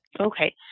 Okay